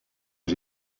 est